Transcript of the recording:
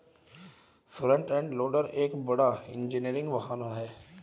front end loader एक बड़ा engineering वाहन है